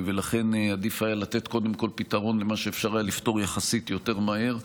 ולכן עדיף היה לתת קודם כול פתרון למה שאפשר היה לפתור יחסית יותר מהר.